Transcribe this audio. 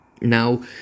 now